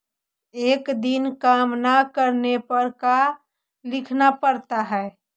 एक दिन काम न करने पर का लिखना पड़ता है?